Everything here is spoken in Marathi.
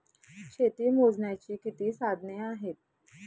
शेती मोजण्याची किती साधने आहेत?